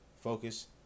focus